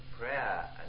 prayer